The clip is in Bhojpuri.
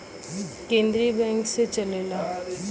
केन्द्रीय बैंक से चलेला